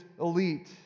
elite